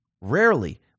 Rarely